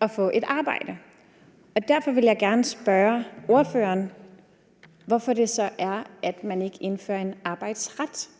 og få et arbejde. Derfor vil jeg gerne spørge ordføreren, hvorfor det så er, at man ikke indfører en arbejdsret;